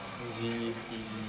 easily please